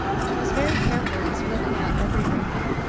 and was very careful in smoothing out every wrinkle.